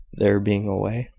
their being away,